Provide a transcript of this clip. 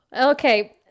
okay